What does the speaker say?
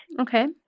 okay